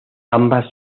ambas